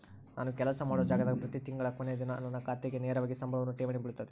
ನಾನು ಕೆಲಸ ಮಾಡೊ ಜಾಗದಾಗ ಪ್ರತಿ ತಿಂಗಳ ಕೊನೆ ದಿನ ನನ್ನ ಖಾತೆಗೆ ನೇರವಾಗಿ ಸಂಬಳವನ್ನು ಠೇವಣಿ ಬಿಳುತತೆ